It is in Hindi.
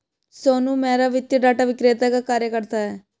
सोनू मेहरा वित्तीय डाटा विक्रेता का कार्य करता है